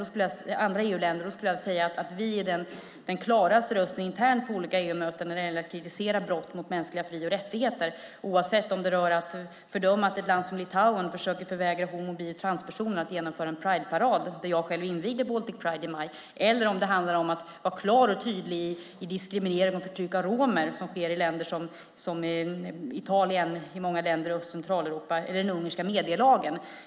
Då skulle jag vilja säga att vi är den klaraste rösten internt på olika EU-möten när det gäller att kritisera brott mot mänskliga fri och rättigheter oavsett om det handlar om att fördöma att ett land som Litauen försöker förvägra homo och bisexuella och transpersoner att genomföra en prideparad - jag invigde själv Baltic Pride i maj - eller om det handlar om att vara klar och tydlig i fråga om diskriminering och förtryck av romer som sker i länder som Italien och i många länder i Öst och Centraleuropa eller om det handlar om den ungerska medielagen.